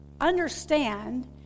understand